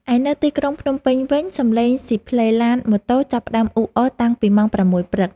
ឯនៅទីក្រុងភ្នំពេញវិញ សំឡេងស៊ីផ្លេឡានម៉ូតូចាប់ផ្តើមអ៊ូអរតាំងពីម៉ោង ៦ ព្រឹក។